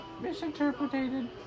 Misinterpreted